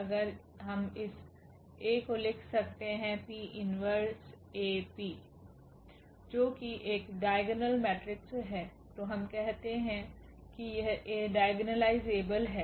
अगर हम इस A को लिख सकते हैं 𝑃−1𝐴𝑃 जो की एक डाइगोनल मेट्रिक्स है तो हम कहते हैं कि यह A डायगोनालायजेबल है